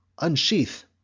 Unsheath